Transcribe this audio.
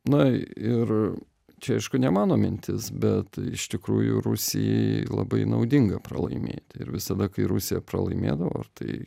na ir čia aišku ne mano mintis bet iš tikrųjų rusijai labai naudinga pralaimėti ir visada kai rusija pralaimėdavo ar tai